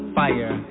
fire